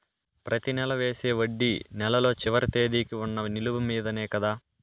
ప్రతి నెల వేసే వడ్డీ నెలలో చివరి తేదీకి వున్న నిలువ మీదనే కదా?